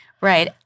Right